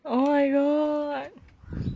oh my god